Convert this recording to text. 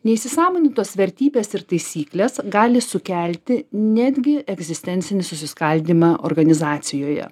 neįsisąmonintos vertybės ir taisyklės gali sukelti netgi egzistencinį susiskaldymą organizacijoje